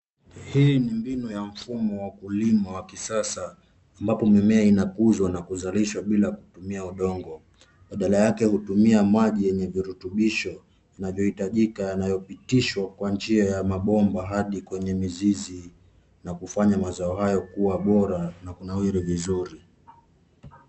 Hii ni mbinu ya mfumo wa ukulima wa kisasa ambapo mimea inakuzwa na kuzalisha bila kutumia udongo. Badala yake hutumia maji yenye virutubisho vinavyo hitajika yanayo pitishwa kwa njia ya mabomba hadi kwenye mizizi na kufanya mazao hayo kuwa bora na kunawiri vizuri.